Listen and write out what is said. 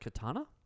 Katana